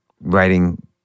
writing